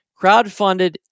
crowdfunded